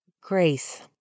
Grace